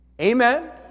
Amen